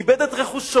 איבד את רכושו.